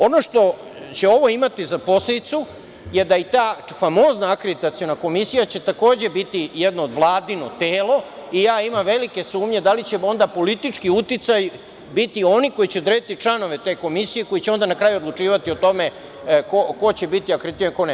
Ono što će ovo imati za posledicu je da će i ta famozna akreditaciona komisija takođe biti jedno Vladino telo, i ja onda imam velike sumnje da li će onda politički uticaj biti oni koji će odrediti članove te komisije, koji će onda na kraju odlučivati o tome ko će biti akreditovan, a ko ne.